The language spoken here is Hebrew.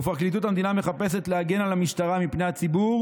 ופרקליטות המדינה מחפשת להגן על המשטרה מפני הציבור